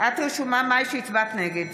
מאי גולן, נגד